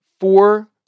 four